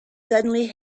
suddenly